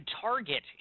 target